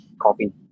coffee